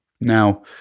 Now